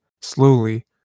slowly